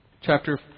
Chapter